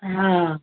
हा